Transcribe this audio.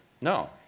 No